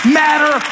matter